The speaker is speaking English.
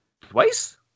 Twice